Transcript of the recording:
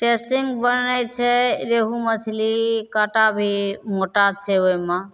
tasty बनै छै रेहू मछली काँटा भी मोटा छै ओहिमे